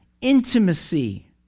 intimacy